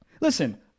Listen